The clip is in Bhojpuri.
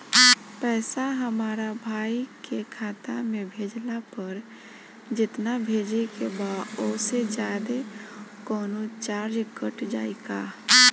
पैसा हमरा भाई के खाता मे भेजला पर जेतना भेजे के बा औसे जादे कौनोचार्ज कट जाई का?